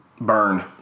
burn